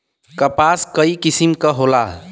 कपास क कई किसिम क होला